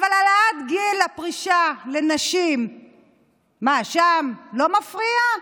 העלאת גיל הפרישה לנשים מה, שם לא מפריע?